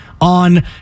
on